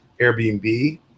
Airbnb